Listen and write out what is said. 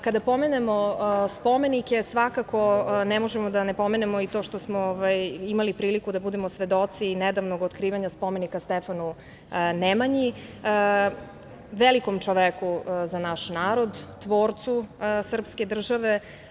Kada pomenemo spomenike, svakako ne možemo, a da ne pomenemo i to što smo imali priliku da budemo svedoci nedavnog otkrivanja spomenika Stefanu Nemanji, velikom čoveku za naš narod, tvorcu srpske države.